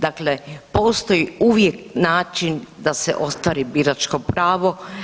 Dakle, postoji uvijek način da se ostvari biračko pravo.